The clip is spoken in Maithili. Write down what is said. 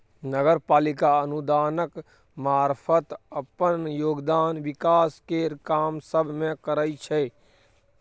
नगर पालिका अनुदानक मारफत अप्पन योगदान विकास केर काम सब मे करइ छै